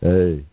Hey